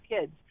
kids